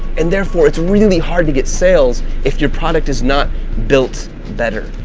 and therefore, it's really hard to get sales if your product is not built better.